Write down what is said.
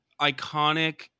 iconic